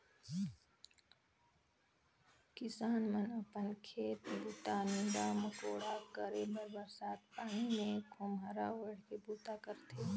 किसान मन अपन खेत बूता, नीदा मकोड़ा करे बर बरसत पानी मे खोम्हरा ओएढ़ के बूता करथे